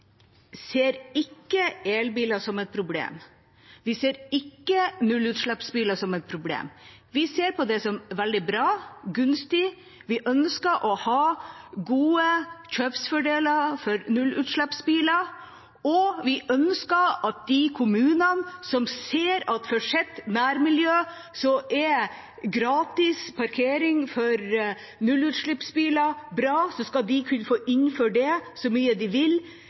ser ikke elbiler som et problem. Vi ser ikke nullutslippsbiler som et problem. Vi ser på det som veldig bra og gunstig. Vi ønsker å ha gode kjøpsfordeler for nullutslippsbiler, og vi ønsker at de kommunene som ser at for sitt nærmiljø er gratis parkering for nullutslippsbiler bra, skal kunne innføre det så mye de vil.